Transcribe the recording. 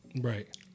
Right